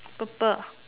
purple